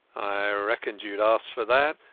reckoned youad ask for that,